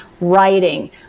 writing